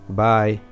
bye